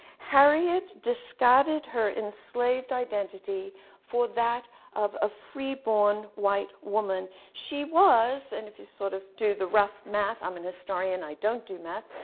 harriet discarded her enslaved identity for that of a free-born white woman. she was, and if you sort of do the rough math. i'm a and historian, i don't do math.